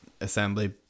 assembly